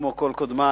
כמו כל קודמי,